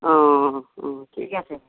অ অ অ ঠিক আছে